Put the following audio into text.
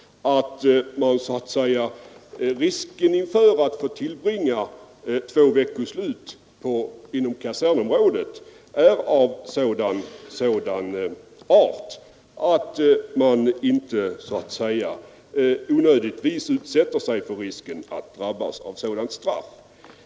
Utsikten att få tillbringa två veckoslut inom kasernområdet gör att man inte onödigtvis utsätter sig för den risken.